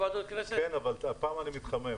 כן, אבל הפעם אני מתחמם.